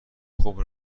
خوب